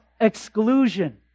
exclusion